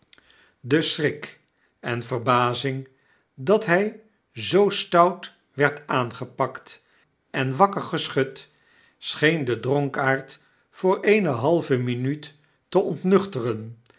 de schrik en verbazing dat hg zoo stout werd aangepakt en wakker geschud scheen den dronkaard voor eene halve minuut te ontnuchteren